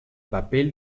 papel